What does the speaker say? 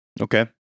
Okay